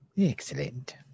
Excellent